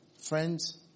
Friends